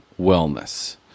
wellness